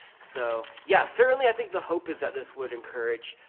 so, yeah. certainly, i think the hope is that this would encourage,